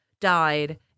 died